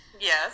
Yes